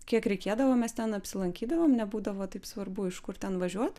kiek reikėdavo mes ten apsilankydavom nebūdavo taip svarbu iš kur ten važiuot